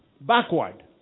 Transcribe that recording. backward